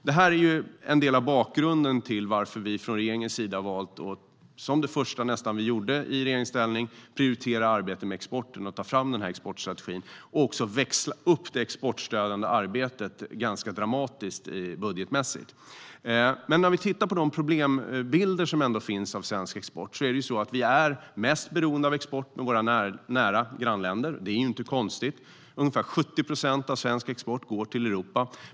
Detta är en del av bakgrunden till att vi från regeringens sida har valt - det var nästan det första vi gjorde i regeringsställning - att prioritera arbetet med exporten, ta fram denna exportstrategi och också växla upp det exportstödjande arbetet ganska dramatiskt budgetmässigt. När vi tittar på de problembilder som ändå finns av svensk export är vi mest beroende av export till våra nära grannländer. Det är inte konstigt. Ungefär 70 procent av svensk export går till Europa.